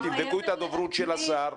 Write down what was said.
תבדקו את הדוברות של השר.